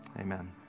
amen